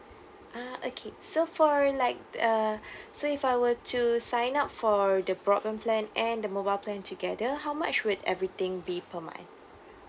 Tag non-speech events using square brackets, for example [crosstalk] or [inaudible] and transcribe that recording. ah okay so for like uh [breath] so if I were to sign up for the broadband plan and the mobile plan together how much would everything be per month